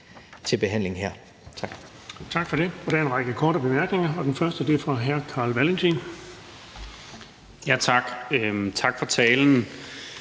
til behandling her. Tak.